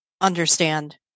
understand